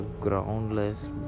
groundless